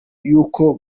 y’uko